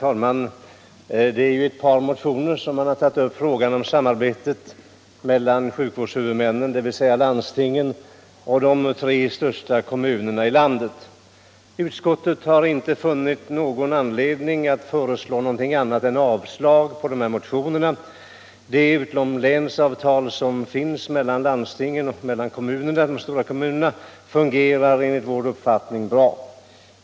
Herr talman! I ett par motioner har frågan tagits upp om samarbetet mellan sjuk vårdshuvudmännen, dvs. landstingen, och de tre största kommunerna i fandet. Utskottet har inte funnit anledning att föreslå någonting annat än avslag på dessa motioner. Det utomlänsavtal som finns mellan landstingen och de stora kommunerna fungerar enligt vår uppfattning bra.